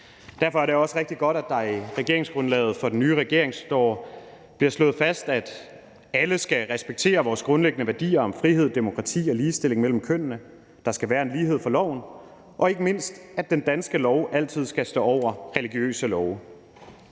Derfor er det også rigtig godt, at der i regeringsgrundlaget for den nye regering bliver slået fast, at alle skal respektere vores grundlæggende værdier om frihed, demokrati og ligestilling mellem kønnene, at der skal være lighed for loven, og ikke mindst at den danske lov altid skal stå over religiøse love.